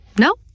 No